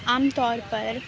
عام طور پر